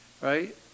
right